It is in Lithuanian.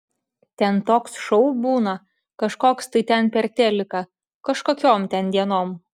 ten toks šou būna kažkoks tai ten per teliką kažkokiom ten dienom